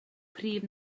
prif